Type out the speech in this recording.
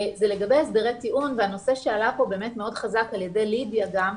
זה לגבי הסדרי טיעון והנושא שעלה פה באמת מאוד חזק על ידי לידיה גם,